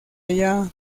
ella